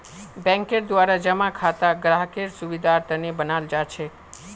बैंकेर द्वारा जमा खाता ग्राहकेर सुविधार तने बनाल जाछेक